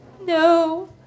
No